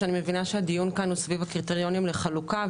אני מבינה שהדיון כאן הוא סביב הקריטריונים לחלוקה,